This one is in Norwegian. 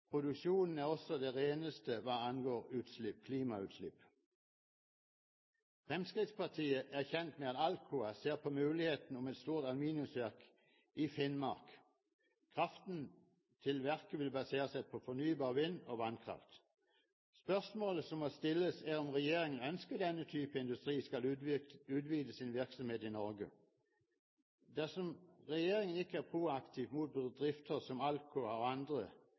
Produksjonen er også det reneste hva angår klimautslipp. Fremskrittspartiet er kjent med at ALCOA ser på mulighetene for et stort aluminiumsverk i Finnmark. Kraften til verket vil basere seg på fornybar vind- og vannkraft. Spørsmålet som må stilles, er om regjeringen ønsker at denne type industri skal utvide sin virksomhet i Norge. Dersom regjeringen ikke er proaktiv mot bedrifter som ALCOA og andre,